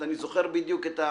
אני זוכר את ה